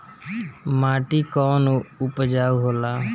माटी कौन उपजाऊ होला?